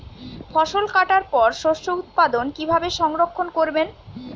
ফসল কাটার পর শস্য উৎপাদন কিভাবে সংরক্ষণ করবেন?